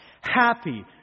happy